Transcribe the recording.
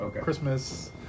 Christmas